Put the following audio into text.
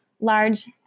large